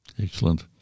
Excellent